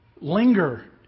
Linger